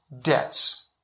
debts